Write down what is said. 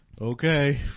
Okay